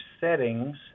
Settings